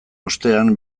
ostean